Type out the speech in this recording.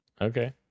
Okay